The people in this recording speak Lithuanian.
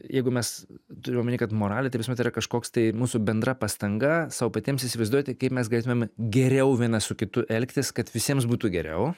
jeigu mes turiu omeny kad moralė ta prasme tai yra kažkoks tai mūsų bendra pastanga sau patiems įsivaizduoti kaip mes galėtumėm geriau vienas su kitu elgtis kad visiems būtų geriau